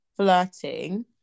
flirting